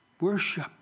Worship